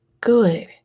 good